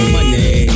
Money